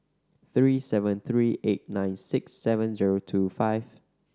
three seven three eight nine six seven zero two five